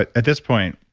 at at this point,